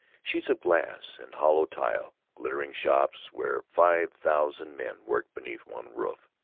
sheets of glass and hollow tile, glittering shops where five thousand men worked beneath one roof,